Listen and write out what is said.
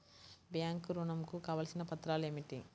Bank ఋణం కు కావలసిన పత్రాలు ఏమిటి?